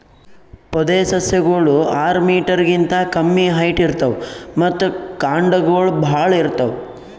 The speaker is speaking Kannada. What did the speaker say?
ಪೊದೆಸಸ್ಯಗೋಳು ಆರ್ ಮೀಟರ್ ಗಿಂತಾ ಕಮ್ಮಿ ಹೈಟ್ ಇರ್ತವ್ ಮತ್ತ್ ಕಾಂಡಗೊಳ್ ಭಾಳ್ ಇರ್ತವ್